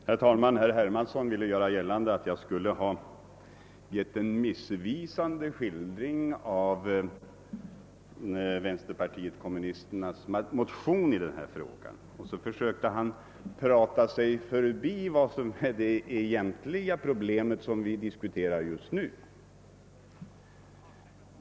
Herr talman! Herr Hermansson ville göra gällande att jag skulle ha givit en missvisande skildring av vänsterpartiet kommunisternas motion i denna fråga, och därefter försökte han prata sig förbi det egentliga problem som vi nu diskuterar.